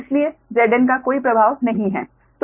इसलिए Zn का कोई प्रभाव नहीं है